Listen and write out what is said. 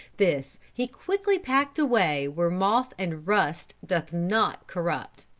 this he quickly packed away where moth and rust doth not corrupt.